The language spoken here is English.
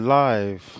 live